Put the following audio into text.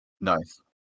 Nice